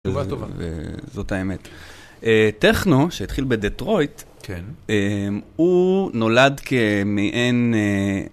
תגובה טובה. זאת האמת. טכנו, שהתחיל בדטרויט, כן. הוא נולד כמעין...